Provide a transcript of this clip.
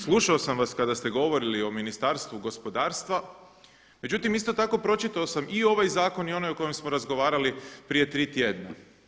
Slušao sam vas kada ste govorili o Ministarstvu gospodarstva, međutim isto tako pročitao sam i ovaj zakon i onaj o kojem smo razgovarali prije tri tjedna.